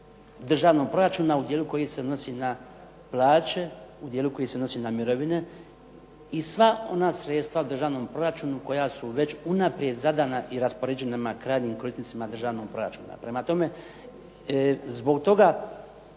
državnog proračuna u dijelu koji se odnosi na plaće, u dijelu koji se odnosi na mirovine i sva ona sredstva u državnom proračunu koja su već unaprijed zadana i raspoređena krajnjim korisnicima državnog proračuna. Prema tome, zbog toga